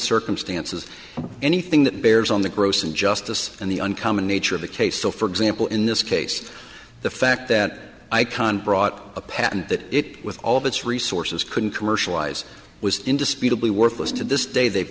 circumstances anything that bears on the gross injustice and the uncommon nature of the case so for example in this case the fact that icahn brought a patent that it with all of its resources couldn't commercialize was indisputably worthless to this day they've